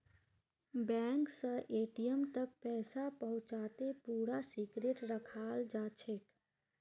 bank स ATM तक पैसा पहुंचाते पूरा सिक्रेट रखाल जाछेक